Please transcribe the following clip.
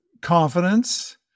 confidence